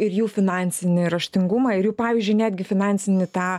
ir jų finansinį raštingumą ir jų pavyzdžiui netgi finansinį tą